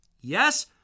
Yes